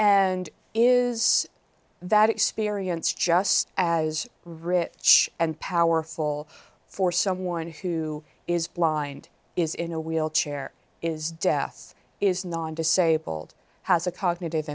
and is that experience just as rich and powerful for someone who is blind is in a wheelchair is death is non disabled has a cognitive